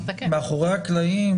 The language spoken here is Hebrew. מאחורי הקלעים,